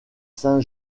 saint